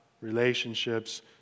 relationships